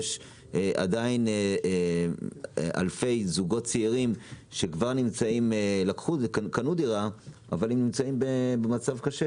יש עדיין אלפי זוגות צעירים שקנו דירה והם נמצאים במצב קשה